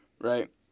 right